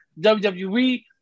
wwe